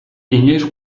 inoiz